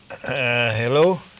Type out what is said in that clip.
Hello